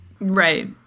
Right